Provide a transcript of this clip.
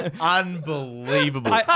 Unbelievable